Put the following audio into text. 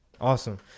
awesome